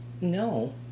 No